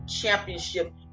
championship